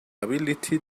ability